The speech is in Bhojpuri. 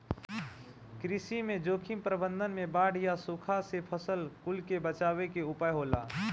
कृषि में जोखिम प्रबंधन में बाढ़ या सुखा से फसल कुल के बचावे के उपाय होला